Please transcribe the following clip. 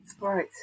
right